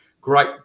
Great